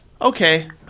okay –